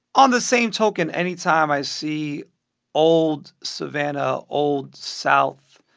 on the same token, anytime i see old savannah, old south,